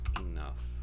enough